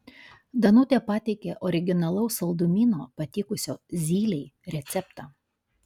danutė pateikė originalaus saldumyno patikusio zylei receptą